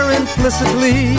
implicitly